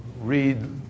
read